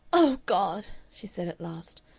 oh, god! she said at last,